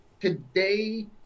today